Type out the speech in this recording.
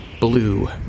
Blue